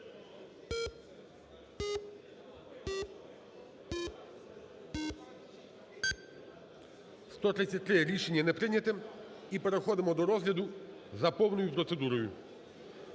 133. Рішення не прийняте. І переходимо до розгляду за повною процедурою.